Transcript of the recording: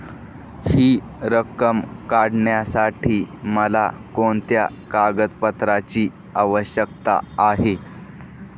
हि रक्कम काढण्यासाठी मला कोणत्या कागदपत्रांची आवश्यकता आहे?